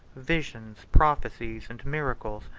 visions prophecies, and miracles,